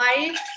life